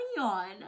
on